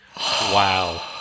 Wow